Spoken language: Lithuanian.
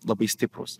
labai stiprūs